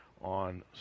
on